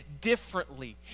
differently